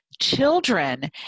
children